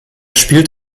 spielt